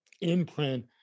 imprint